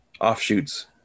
offshoots